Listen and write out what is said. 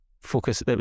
Focus